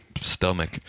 stomach